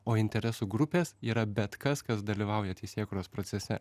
o interesų grupės yra bet kas kas dalyvauja teisėkūros procese